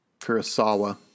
Kurosawa